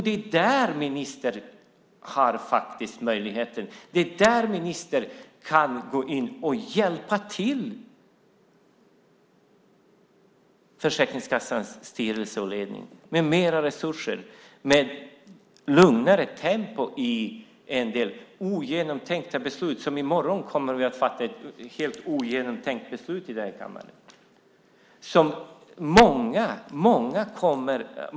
Det är där ministern faktiskt har möjlighet att gå in och hjälpa Försäkringskassans styrelse och ledning med mer resurser som innebär ett lugnare tempo, och med färre ogenomtänkta beslut. I morgon kommer vi att fatta ett helt ogenomtänkt beslut här i kammaren.